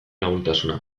ahultasuna